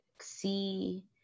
see